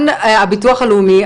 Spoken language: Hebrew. בוקר טוב לכולם.